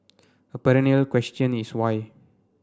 a perennial question is why